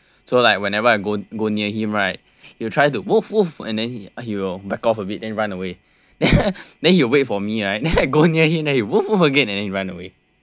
so like whenever I go go near him right he'll try to woof woof and then he will back off a bit and run away then he will wait for me right then I go near him then he woof woof again and then he run away